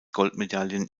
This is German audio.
goldmedaillen